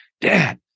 Dad